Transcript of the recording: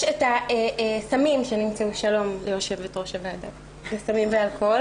יש את הסמים שנמצאו שלום ליושבת-ראש ועדת הסמים והאלכוהול,